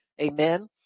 Amen